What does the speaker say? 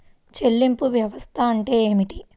చెల్లింపు వ్యవస్థ అంటే ఏమిటి?